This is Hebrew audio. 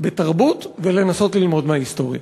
בתרבות ולנסות ללמוד מההיסטוריה.